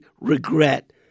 regret